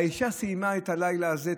האישה סיימה את הלילה הזה,